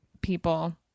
people